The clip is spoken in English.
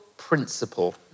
principle